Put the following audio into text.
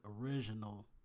original